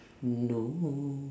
no